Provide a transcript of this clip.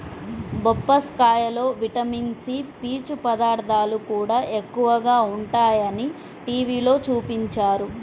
బొప్పాస్కాయలో vitamin C, పీచు పదార్థాలు కూడా ఎక్కువగా ఉంటయ్యని టీవీలో చూపించారు